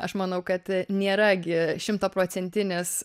aš manau kad nėra gi šimtaprocentinis